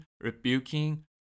rebuking